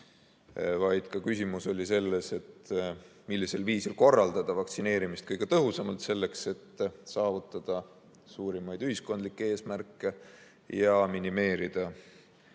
vaid küsimus oli ka selles, millisel viisil korraldada vaktsineerimist kõige tõhusamalt, et saavutada suurimaid ühiskondlikke eesmärke ja minimeerida